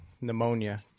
pneumonia